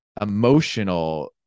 emotional